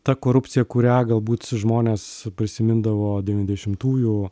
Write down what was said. ta korupcija kurią galbūt žmonės prisimindavo devyniasdešimtųjų